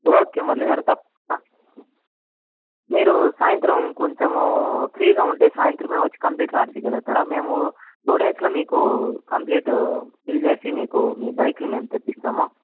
okay Murali గారు తప్ప మీరు సాయంత్రం కొంచెము ఫ్రీగా ఉంటే సాయంత్రమే వచ్చి కంప్లయింట్ రాసీగలుగుతారా మేము టు డేస్లో మీకు కంప్లీట్ ఫిల్ చేసి మీకు మీ బైక్ని మేము తెప్పిస్తాము